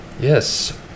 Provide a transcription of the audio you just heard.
Yes